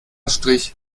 strich